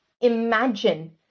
imagine